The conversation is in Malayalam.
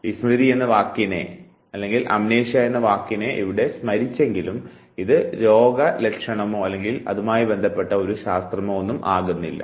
വിസ്മൃതി എന്ന വാക്കിനെ ഇവിടെ സ്മരിച്ചെങ്കിലും ഇത് രോഗലക്ഷണശാസ്ത്രമാകുന്നില്ല